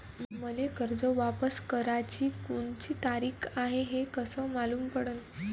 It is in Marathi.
मले कर्ज वापस कराची कोनची तारीख हाय हे कस मालूम पडनं?